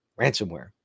ransomware